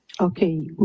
Okay